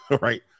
right